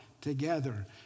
together